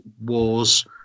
wars